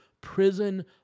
prison